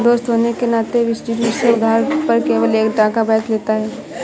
दोस्त होने के नाते विश्वजीत मुझसे उधार पर केवल एक टका ब्याज लेता है